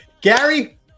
Gary